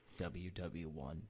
WW1